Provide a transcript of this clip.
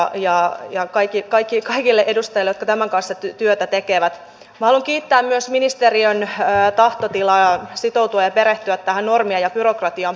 valtiovarainvaliokunta aivan oikein kiinnittää mietinnössään huomiota siihen että suomen oma puolustusmateriaalituotanto on kohtuullisella tasolla mutta sen säilyttäminen tulevaisuudessa on äärimmäisen tärkeää